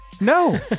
No